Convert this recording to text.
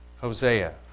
Hosea